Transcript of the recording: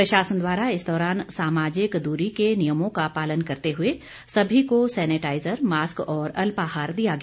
प्रशासन द्वारा इस दौरान सामाजिक दूरी के नियमों का पालन करते हुए सभी को सेनेटाइजर मास्क और अल्पाहार दिया गया